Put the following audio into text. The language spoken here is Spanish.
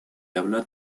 habla